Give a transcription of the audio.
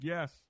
Yes